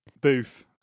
booth